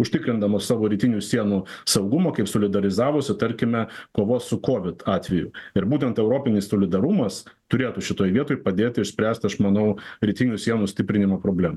užtikrindamas savo rytinių sienų saugumą kaip solidarizavosi tarkime kovos su kovid atveju ir būtent europinis solidarumas turėtų šitoj vietoj padėti išspręst aš manau rytinių sienų stiprinimo problemą